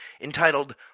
entitled